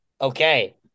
Okay